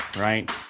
right